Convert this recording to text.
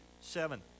seven